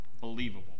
believable